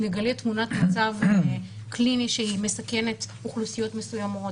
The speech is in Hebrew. נגלה תמונת מצב קלינית שהיא מסכנת אוכלוסיות מסוימות.